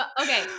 okay